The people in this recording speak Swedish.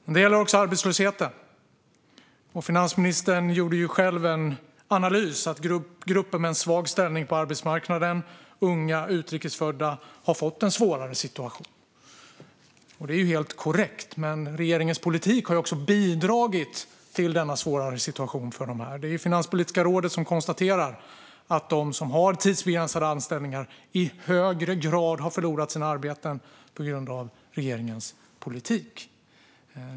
Detta gäller också arbetslösheten. Finansministern gjorde själv en analys: Gruppen med en svag ställning på arbetsmarknaden, unga och utrikesfödda, har fått en svårare situation. Det är helt korrekt, men regeringens politik har också bidragit till denna svåra situation. Det är Finanspolitiska rådet som konstaterar att de som har tidsbegränsade anställningar i högre grad har förlorat sina arbeten på grund av regeringens politik.